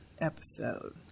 episode